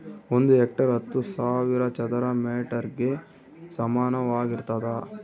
ಒಂದು ಹೆಕ್ಟೇರ್ ಹತ್ತು ಸಾವಿರ ಚದರ ಮೇಟರ್ ಗೆ ಸಮಾನವಾಗಿರ್ತದ